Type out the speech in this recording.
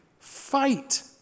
Fight